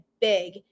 big